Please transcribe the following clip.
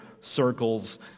circles